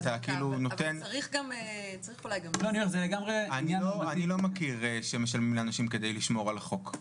אני לא מכיר שמשלמים לאנשים כדי לשמור על החוק.